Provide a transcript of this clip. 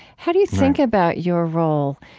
how do you think about your role?